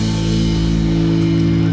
the